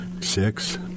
Six